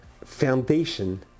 foundation